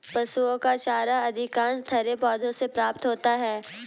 पशुओं का चारा अधिकांशतः हरे पौधों से प्राप्त होता है